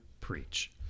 Preach